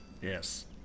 yes